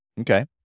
Okay